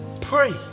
Pray